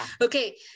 Okay